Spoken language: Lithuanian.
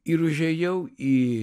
ir užėjau į